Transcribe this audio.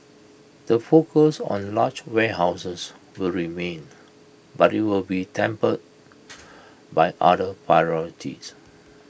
the focus on large warehouses will remain but IT will be tempered by other priorities